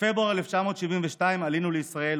בפברואר 1972 עלינו לישראל,